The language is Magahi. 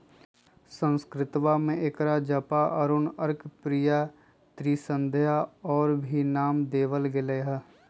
संस्कृतवा में एकरा जपा, अरुण, अर्कप्रिया, त्रिसंध्या और भी नाम देवल गैले है